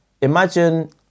Imagine